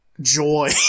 joy